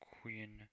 Queen